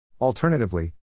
Alternatively